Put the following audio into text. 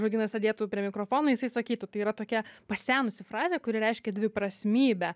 žodynas sėdėtų prie mikrofono jisai sakytų tai yra tokia pasenusi frazė kuri reiškia dviprasmybę